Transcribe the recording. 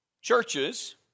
Churches